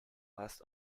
last